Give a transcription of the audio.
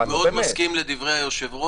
כולל תושבי העיר.